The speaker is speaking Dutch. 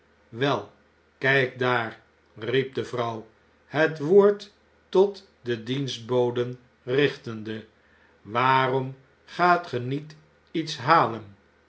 wei kijk daar riep de vrouw het woord tot de dienstboden richtende waaromgaatge niet iets halen